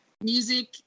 music